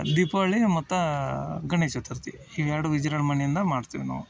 ದೀಪಾವಳಿ ಮತ್ತು ಗಣೇಶ ಚತುರ್ಥಿ ಇವೆರಡು ವಿಜೃಂಭಣೆಯಿಂದ ಮಾಡ್ತೀವಿ ನಾವು